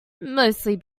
mostly